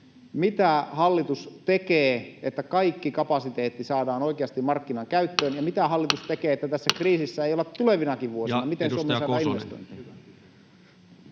Mitä hallitus tekee, että kaikki kapasiteetti saadaan oikeasti markkinakäyttöön? Ja mitä hallitus tekee, että tässä kriisissä ei olla tulevinakin vuosina? Miten Suomeen saadaan investointeja?